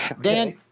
Dan